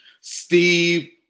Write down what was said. Steve